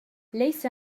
ليس